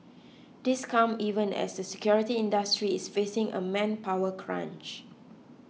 this comes even as the security industry is facing a manpower crunch